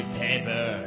paper